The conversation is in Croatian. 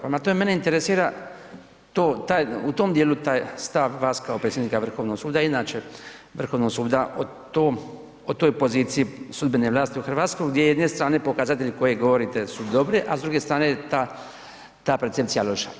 Prema tome, mene interesira u tome dijelu taj stav vas kao predsjednika Vrhovnog suda, inače Vrhovnog suda o toj poziciji sudbene vlasti u RH gdje s jedne strane pokazatelji o kojima govorite su dobri a s druge strane je ta percepcija loša.